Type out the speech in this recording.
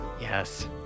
Yes